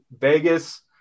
Vegas